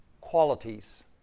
qualities